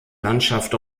landschaft